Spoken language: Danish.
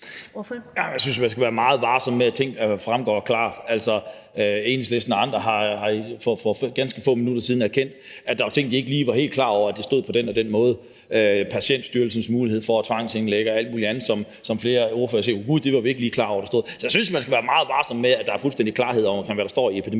Jeg synes, man skal være meget varsom med at sige, at ting fremgår klart. Altså, Enhedslisten og andre har for ganske få minutter siden erkendt, at der var ting, de ikke lige var helt klar over stod på den og den måde – Patientstyrelsens mulighed for at tvangsindlægge og alt muligt andet, som flere ordførere sagde at de ikke lige var klar over stod der. Så jeg synes, man skal være meget varsom med at sige, at der er fuldstændig klarhed over, hvad der står i epidemiloven,